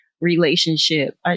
relationship